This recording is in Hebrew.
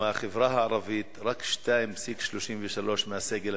ומהחברה הערבית רק 2.33% מהסגל